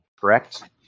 Correct